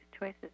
choices